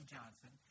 Johnson